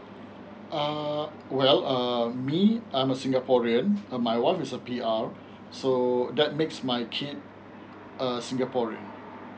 um well um me I'm a singaporean uh my wife is a P_R so that makes my kid a singaporean